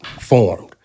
formed